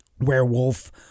Werewolf